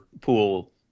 pool